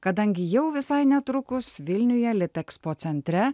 kadangi jau visai netrukus vilniuje litexpo centre